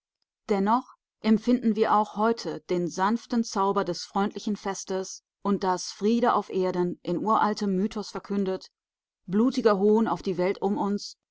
dennoch empfinden wir auch heute den sanften zauber des freundlichen festes und das friede auf erden in uraltem mythus verkündet blutiger hohn auf die welt um uns